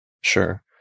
Sure